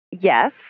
Yes